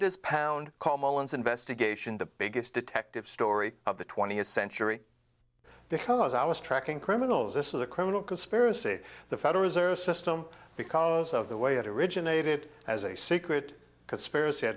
mullens investigation the biggest detective story of the twentieth century because i was tracking criminals this is a criminal conspiracy the federal reserve system because of the way it originated as a secret conspiracy